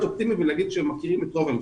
אופטימי ולומר שהן מכירות את רוב המסגרות.